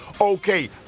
okay